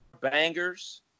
bangers